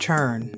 Turn